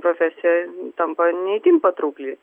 profesija tampa ne itin patraukli